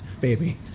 baby